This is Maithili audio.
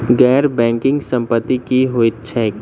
गैर बैंकिंग संपति की होइत छैक?